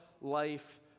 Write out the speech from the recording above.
life